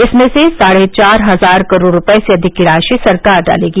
इसमें से साढ़े चार हजार करोड़ रूपये से अधिक की राशि सरकार डालेगी